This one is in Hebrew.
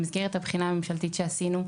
במסגרת הבחינה הממשלתית שעשינו,